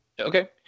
Okay